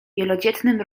wielodzietnym